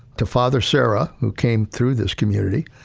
to father serra, who came through this community.